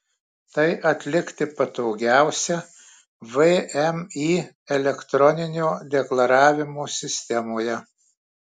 tai atlikti patogiausia vmi elektroninio deklaravimo sistemoje